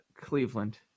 Cleveland